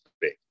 big